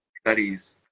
studies